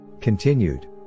Continued